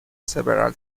several